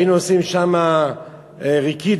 והיינו עושים שם "רְקידֶה",